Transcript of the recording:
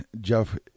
Jeff